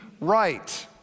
right